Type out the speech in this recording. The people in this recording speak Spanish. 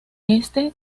este